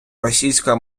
російська